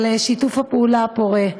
על שיתוף הפעולה הפורה,